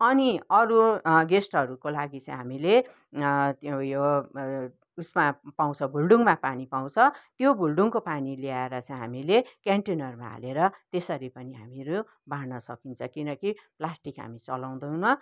अनि अरू गेस्टहरूको लागि चाहिँ हामीले उयो उसमा पाउँछ भुल्डुङमा पानी पाउँछ त्यो भुल्डुङको पानी ल्याएर चाहिँ हामीले कन्टेनरमा हालेर त्यसरी पनि हामीहरू बाँड्न सकिन्छ किनकि प्लास्टिक हामी चलाउँदैनौँ